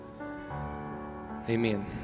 Amen